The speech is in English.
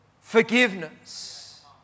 forgiveness